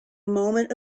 moment